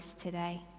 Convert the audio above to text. today